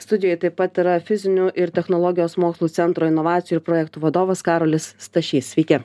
studijoj taip pat yra fizinių ir technologijos mokslų centro inovacijų ir projektų vadovas karolis stašys sveiki